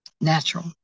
natural